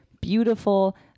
beautiful